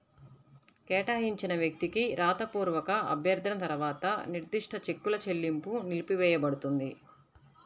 కేటాయించిన వ్యక్తికి రాతపూర్వక అభ్యర్థన తర్వాత నిర్దిష్ట చెక్కుల చెల్లింపు నిలిపివేయపడుతుంది